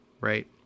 Right